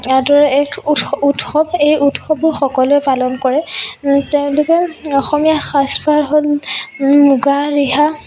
আদৰ এক উৎ উৎসৱ এই উৎসৱো সকলোৱে পালন কৰে তেওঁলোকৰ অসমীয়া সাজপাৰ হ'ল মুগা ৰিহা